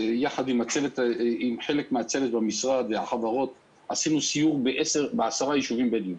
יחד עם חלק מהצוות במשרד והחברות סיורים בעשרה יישובים בדואים.